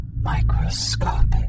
microscopic